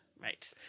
right